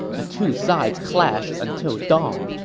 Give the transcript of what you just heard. the two sides clashed until dawn,